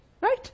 Right